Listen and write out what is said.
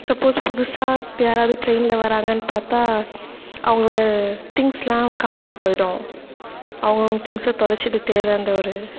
suppose புதுசாக யாராவது ட்ரெய்னில் வராங்கன்னு பார்த்தா அவங்களோட திங்ஸெலாம் காணாமல் போய்விடும் அவங்கவங்க திங்ஸை தொலைச்சுட்டு தேடுகிற அந்த ஒரு